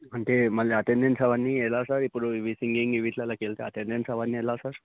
అంటే మళ్ళీ అటెండెన్స్ అవన్నీ ఎలా సార్ ఇప్పుడు ఇవి సింగింగ్ వీటిలోకి వెళితే అటెండెన్స్ అవన్నీ ఎలా సార్